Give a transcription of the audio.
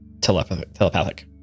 telepathic